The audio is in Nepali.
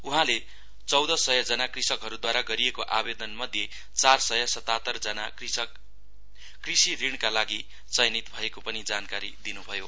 उहाँले चौंध सयजना कृषकहरूद्वारा गरिएको आवेदनमध्ये चार सय सतातरजना कृषि ऋणका लागि चयनित भएको पनि जानकारी दिनुभयो